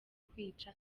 kwica